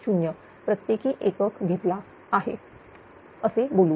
70 प्रत्येकी एकक घेतला आहे बोलू